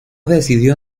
decidió